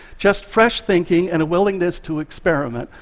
just fresh thinking and a willingness to experiment,